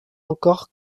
encore